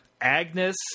Agnes